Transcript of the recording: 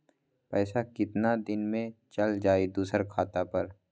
पैसा कितना दिन में चल जाई दुसर खाता पर?